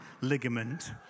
ligament